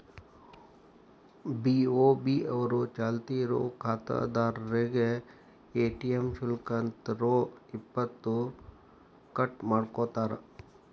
BOB ಅವರು ಚಾಲ್ತಿ ಇರೋ ಖಾತಾದಾರ್ರೇಗೆ ಎ.ಟಿ.ಎಂ ಶುಲ್ಕ ಅಂತ ರೊ ಇಪ್ಪತ್ತು ಕಟ್ ಮಾಡ್ಕೋತಾರ